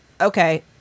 okay